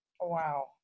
wow